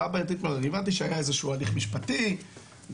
אני הבנתי שהיה איזה שהוא הליך משפטי והם,